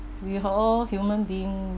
we're all human being